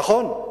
נכון?